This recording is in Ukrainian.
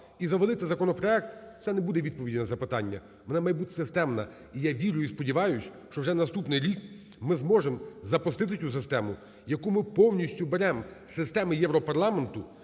і завалити законопроект це буде відповіддю на запитання, вона має бути системна. І я вірю і сподіваюсь, що вже наступний рік ми зможемо запустити цю систему, яку ми повністю беремо з системи європарламенту